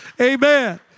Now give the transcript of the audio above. Amen